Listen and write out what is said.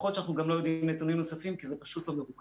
יכול להיות שאנחנו גם לא יודעים נתונים נוספים כי זה פשוט לא מרוכז.